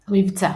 המבצע